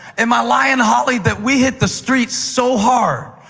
am i lying, holly, that we hit the streets so hard?